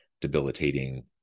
debilitating